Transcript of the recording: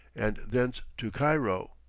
and thence to cairo.